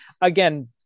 again